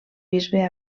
bisbe